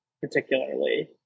particularly